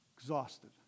exhausted